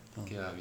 mm